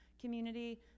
community